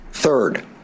third